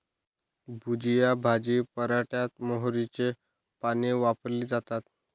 भुजिया भाजी पराठ्यात मोहरीची पाने वापरली जातात